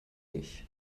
nicht